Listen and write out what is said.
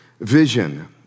vision